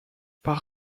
par